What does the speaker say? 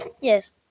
yes